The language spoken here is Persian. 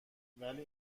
ولی